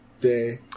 day